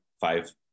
five